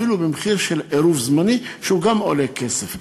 אפילו במחיר של עירוב זמני, שעולה כסף,